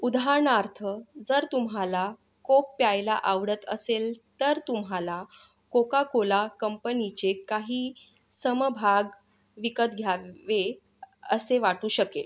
उदाहरणार्थ जर तुम्हाला कोक प्यायला आवडत असेल तर तुम्हाला कोकाकोला कंपनीचे काही समभाग विकत घ्यावे असे वाटू शकेल